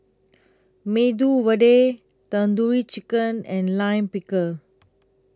Medu Vada Tandoori Chicken and Lime Pickle